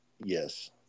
yes